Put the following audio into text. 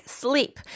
sleep